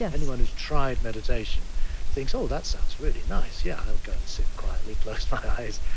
yeah anyone who's tried meditation thinks, oh, that sounds really nice. yeah, i'll go and sit quietly, close my eyes,